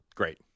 Great